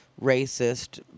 racist